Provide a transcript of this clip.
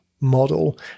model